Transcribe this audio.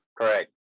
correct